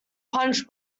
punch